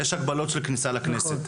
יש הגבלות בכניסה לכנסת.